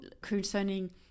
concerning